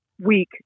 week